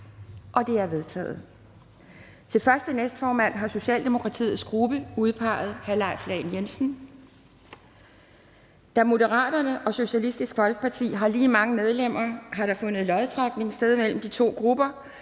(Pia Kjærsgaard): Til første næstformand har Socialdemokratiets gruppe udpeget hr. Leif Lahn Jensen. Da Moderaterne og Socialistisk Folkeparti har lige mange medlemmer, har der fundet lodtrækning sted mellem de to grupper,